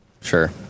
Sure